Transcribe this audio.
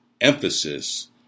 Emphasis